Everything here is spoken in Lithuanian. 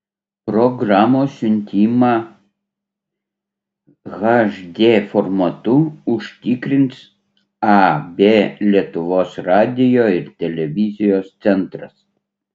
programos siuntimą hd formatu užtikrins ab lietuvos radijo ir televizijos centras